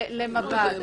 למב"ד.